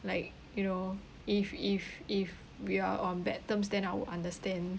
like you know if if if we are on bad terms then I'll understand